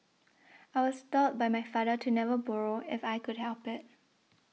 I was taught by my father to never borrow if I could help it